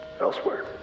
elsewhere